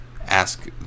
ask